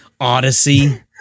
odyssey